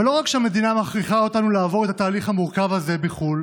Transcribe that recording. אבל לא רק שהמדינה מכריחה אותנו לעבור את התהליך המורכב הזה בחו"ל